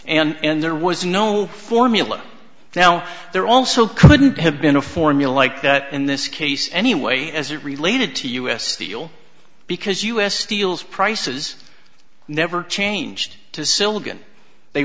and there was no formula now there also couldn't have been a formula like that in this case anyway as it related to u s steel because u s steel's prices never changed to silicon they